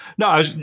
No